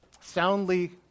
soundly